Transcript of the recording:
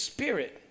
Spirit